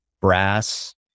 brass